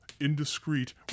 indiscreet